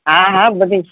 હા હા બધી